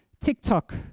TikTok